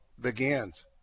begins